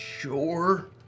Sure